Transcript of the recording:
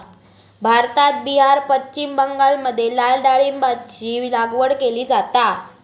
भारतात बिहार, पश्चिम बंगालमध्ये लाल डाळीची लागवड केली जाता